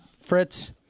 Fritz